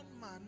man